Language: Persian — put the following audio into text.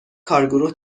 کارگروه